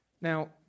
Now